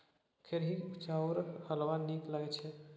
खेरहीक चाउरक हलवा नीक लगैत छै